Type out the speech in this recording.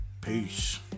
Peace